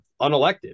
unelected